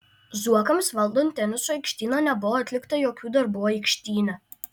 zuokams valdant teniso aikštyną nebuvo atlikta jokių darbų aikštyne